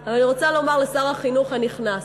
אבל אני רוצה לומר לשר החינוך הנכנס: